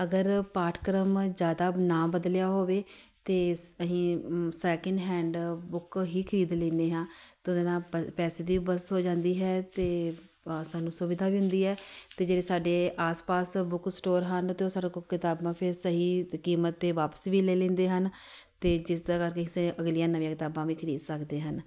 ਅਗਰ ਪਾਠਕ੍ਰਮ ਜ਼ਿਆਦਾ ਨਾ ਬਦਲਿਆ ਹੋਵੇ ਤਾਂ ਸ ਅਸੀਂ ਸੈਕਿੰਡ ਹੈਂਡ ਬੁੱਕ ਹੀ ਖਰੀਦ ਲੈਂਦੇ ਹਾਂ ਅਤੇ ਉਹਦੇ ਨਾਲ ਪ ਪੈਸੇ ਦੀ ਬਚਤ ਹੋ ਜਾਂਦੀ ਹੈ ਅਤੇ ਸਾਨੂੰ ਸੁਵਿਧਾ ਵੀ ਹੁੰਦੀ ਹੈ ਅਤੇ ਜਿਹੜੇ ਸਾਡੇ ਆਸ ਪਾਸ ਬੁੱਕ ਸਟੋਰ ਹਨ ਅਤੇ ਉਹ ਸਾਡੇ ਕੋਲ ਕਿਤਾਬਾਂ ਫੇਰ ਸਹੀ ਕੀਮਤ 'ਤੇ ਵਾਪਸ ਵੀ ਲੈ ਲੈਂਦੇ ਹਨ ਅਤੇ ਜਿਸ ਜਗ੍ਹਾ 'ਤੇ ਅਸੀਂ ਅਗਲੀਆਂ ਨਵੀਆਂ ਕਿਤਾਬਾਂ ਵੀ ਖਰੀਦ ਸਕਦੇ ਹਨ